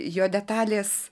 jo detalės